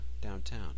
Downtown